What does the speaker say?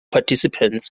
participants